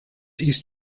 ist